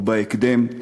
ובהקדם,